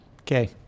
Okay